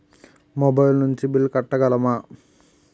Mobile నుంచి bill కట్టగలమ?